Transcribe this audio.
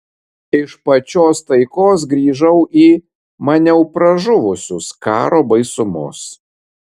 iš pačios taikos grįžau į maniau pražuvusius karo baisumus